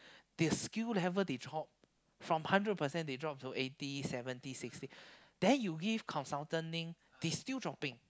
the skill level they taught from hundred percent they drop to eighty seventy sixty then you give consultaning they still dropping